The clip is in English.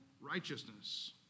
righteousness